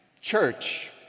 church